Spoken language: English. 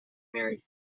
married